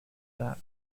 that